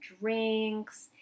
drinks